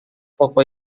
toko